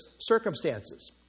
circumstances